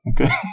okay